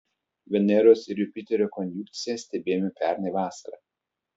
veneros ir jupiterio konjunkciją stebėjome pernai vasarą